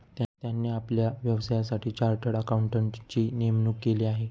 त्यांनी आपल्या व्यवसायासाठी चार्टर्ड अकाउंटंटची नेमणूक केली आहे